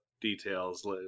details